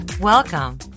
Welcome